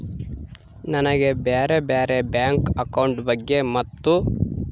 ನನಗೆ ಬ್ಯಾರೆ ಬ್ಯಾರೆ ಬ್ಯಾಂಕ್ ಅಕೌಂಟ್ ಬಗ್ಗೆ ಮತ್ತು?